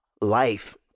life